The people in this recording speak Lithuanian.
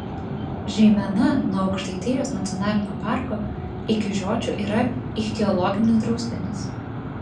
žeimena nuo aukštaitijos nacionalinio parko iki žiočių yra ichtiologinis draustinis